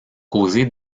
causer